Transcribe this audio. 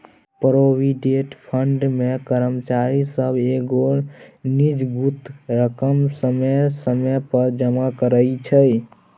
provident fund मे कर्मचारी सब एगो निजगुत रकम समय समय पर जमा करइ छै